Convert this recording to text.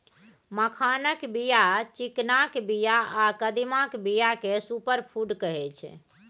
मखानक बीया, चिकनाक बीया आ कदीमाक बीया केँ सुपर फुड कहै छै